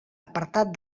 apartat